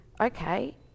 okay